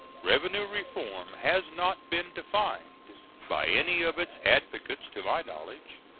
revenue reform has not been defined by any of its advocates to my knowledge,